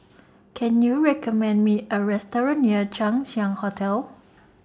Can YOU recommend Me A Restaurant near Chang Ziang Hotel